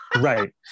Right